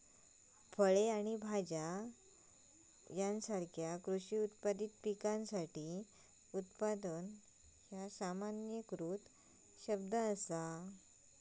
फळे आणि भाज्यो यासारख्यो कृषी उत्पादित पिकासाठी उत्पादन ह्या सामान्यीकृत शब्द असा